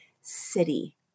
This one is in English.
city